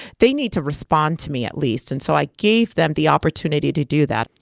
they need to respond to me at least. and so i gave them the opportunity to do that.